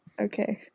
Okay